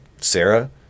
Sarah